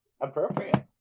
Appropriate